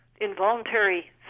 involuntary